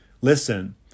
listen